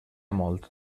molt